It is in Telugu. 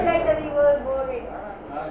ఊర్లలో పశు పోషణల మీద ఆధారపడి బతుకుతారు